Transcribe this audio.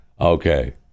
okay